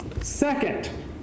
Second